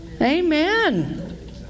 amen